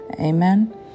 Amen